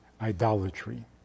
idolatry